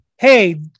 hey